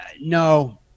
No